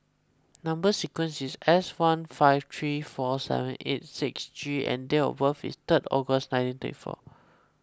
Number Sequence is S one five three four seven eight six G and date of birth is third August nineteen thirty four